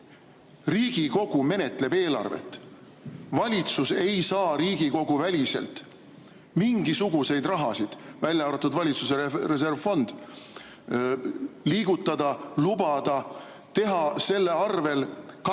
Riigikogu menetleb eelarvet. Valitsus ei saa Riigikogu-väliselt mingisuguseid rahasid, välja arvatud valitsuse reservfond, liigutada, lubada, teha selle arvel katteta